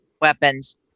weapons